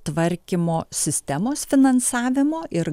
tvarkymo sistemos finansavimo ir